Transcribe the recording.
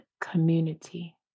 community